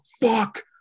fuck